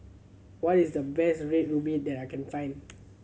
what is the best Red Ruby that I can find